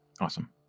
Awesome